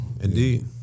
Indeed